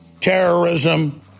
terrorism